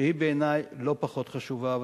שהיא בעיני לא פחות חשובה.